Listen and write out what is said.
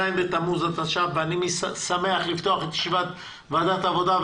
ז' בתמוז התשע"ף ואני שמח לפתוח את ישיבת ועדת העבודה,